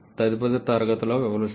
తదుపరి తరగతిలో వివరిస్తాము